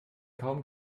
kaum